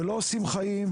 ולא עושים חיים,